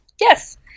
Yes